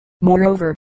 moreover